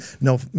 No